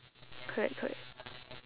correct correct